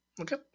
Okay